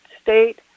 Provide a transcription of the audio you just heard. state